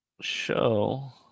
show